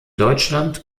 deutschland